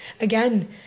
again